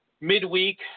midweek